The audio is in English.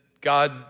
God